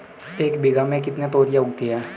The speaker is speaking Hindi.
एक बीघा में कितनी तोरियां उगती हैं?